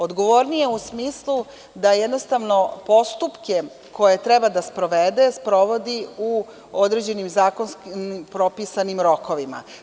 Odgovornije u smislu da jednostavno postupke koje treba da sprovede sprovodi u određenim zakonski propisanim rokovima.